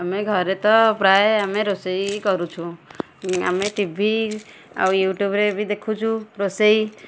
ଆମେ ଘରେ ତ ପ୍ରାୟ ଆମେ ରୋଷେଇ କରୁଛୁ ଆମେ ଟି ଭି ଆଉ ୟୁଟ୍ୟୁବ୍ରେ ବି ଦେଖୁଛୁ ରୋଷେଇ